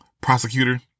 prosecutor